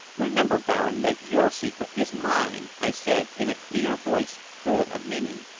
remember, baron, that your secret is mine, i said in a clear voice full of meaning.